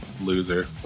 loser